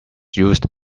used